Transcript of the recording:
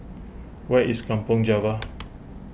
where is Kampong Java